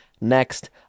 next